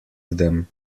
them